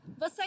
Você